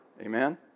Amen